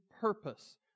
purpose